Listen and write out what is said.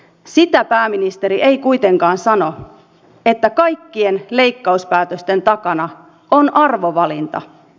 sitä pääministeri ei kuitenkaan sano että kaikkien leikkauspäätösten takana on arvovalinta